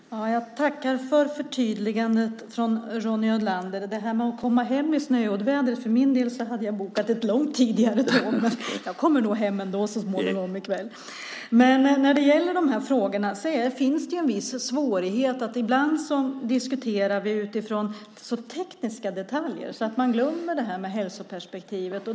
Herr talman! Jag tackar för förtydligandet från Ronny Olander. Apropå detta om snöovädret vill jag säga att jag för min del hade bokat ett långt tidigare tåg, men jag kommer nog hem i kväll ändå så småningom. Det finns en svårighet i de här frågorna. Ibland diskuterar vi så tekniska detaljer att vi glömmer hälsoperspektivet.